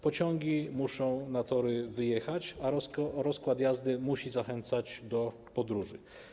Pociągi muszą na tory wyjechać, a rozkład jazdy musi zachęcać do podróży.